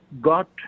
got